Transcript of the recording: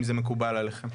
אם זה מקובל עליכם.